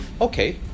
okay